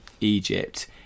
Egypt